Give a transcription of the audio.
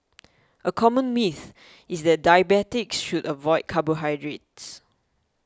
a common myth is that diabetics should avoid carbohydrates